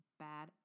bad